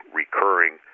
recurring